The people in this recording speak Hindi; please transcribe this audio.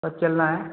कब चलना है